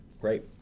Great